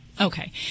Okay